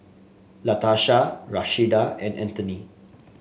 Latarsha Rashida and Anthony